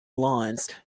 lawns